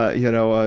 ah you know,